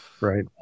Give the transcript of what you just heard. Right